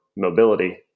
mobility